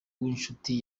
w’inshuti